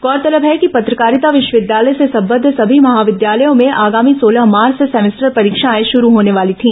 गौरतलब है कि पत्रकारिता विश्वविद्यालय से संबद्ध सभी महाविद्यालयों में आगामी सोलह मार्च से सेमेस्टर परीक्षाएं शुरू होने वाली थी